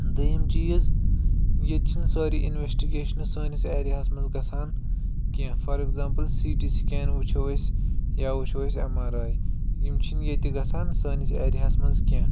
دۄیِم چیٖز ییٚتہِ چھِنہٕ سٲری اِنویٚسٹِگیشنہٕ سٲنِس ایریاہَس منٛز گژھان کیٚنٛہہ for example C T scan وُچھو أسۍ یا وُچھو أسۍ ایٚم آر آی یِم چھِنہٕ ییٚتہِ گژھان سٲنِس ایریاہَس منٛز کیٚنٛہہ